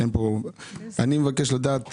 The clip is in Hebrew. אני מבקש לדעת